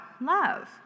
love